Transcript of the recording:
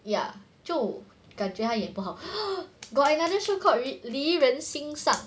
ya 就感觉他也不好 got another show called 离人心散